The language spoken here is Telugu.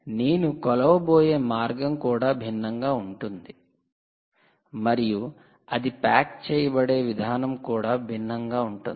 నేను కొలవబోయే మార్గం కూడా భిన్నంగా ఉంటుంది మరియు అది ప్యాక్ చేయబడే విధానం కూడా భిన్నంగా ఉంటుంది